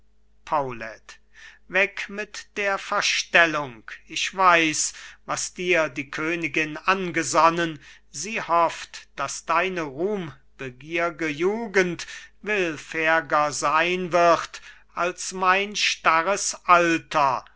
weg mit der verstellung ich weiß was dir die königin angesonnen sie hofft daß deine ruhmbegier'ge jugend willfähr'ger sein wird als mein starres alter